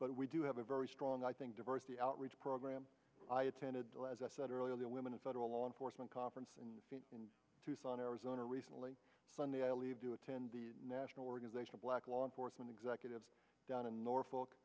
but we do have a very strong i think diversity outreach program i attended as i said earlier women a federal law enforcement conference in tucson arizona recently sunday i believe to attend the national organization of black law enforcement executives down in norfo